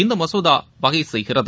இந்த மசோதா வகை செய்கிறது